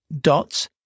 dots